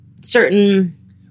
certain